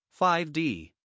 5d